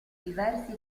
diversi